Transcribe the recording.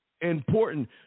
important